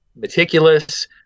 meticulous